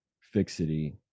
fixity